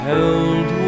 Held